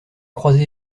croisé